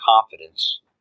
confidence